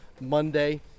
Monday